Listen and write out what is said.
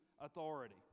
authority